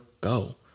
go